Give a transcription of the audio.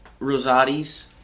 Rosati's